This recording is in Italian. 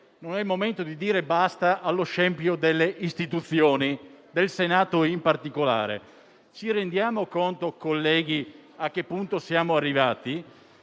non è il momento di dire basta allo scempio delle istituzioni e del Senato in particolare. Colleghi, ci rendiamo conto del punto a cui siamo arrivati?